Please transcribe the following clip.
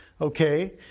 Okay